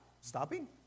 Stopping